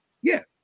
Yes